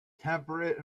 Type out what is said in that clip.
temperate